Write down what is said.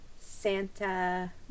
Santa